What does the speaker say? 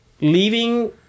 leaving